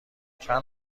چند